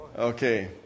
Okay